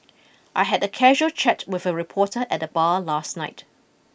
I had a casual chat with a reporter at the bar last night